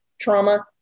trauma